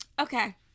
Okay